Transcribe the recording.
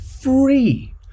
free